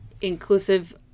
inclusive